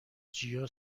جیا